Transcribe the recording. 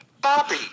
Bobby